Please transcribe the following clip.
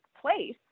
place